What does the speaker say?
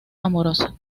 amorosa